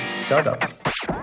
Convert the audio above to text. Startups